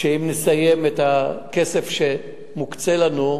שאם נגמור את הכסף שמוקצה לנו,